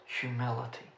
humility